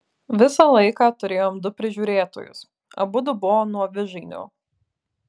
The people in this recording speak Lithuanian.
visą laiką turėjom du prižiūrėtojus abudu buvo nuo vižainio